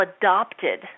adopted